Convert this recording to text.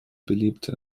beliebter